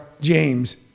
James